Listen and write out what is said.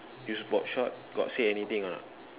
use boardshorts got say anything or not